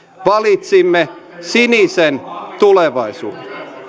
valitsimme sinisen tulevaisuuden